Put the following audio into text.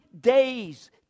days